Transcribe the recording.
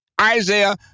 Isaiah